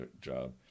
job